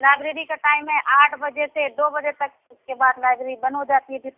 library کا time ہے آٹھ بجے سے دو بجے تک اُس کے بعد لائبریری بند ہو جاتی ہے پھر